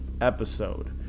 episode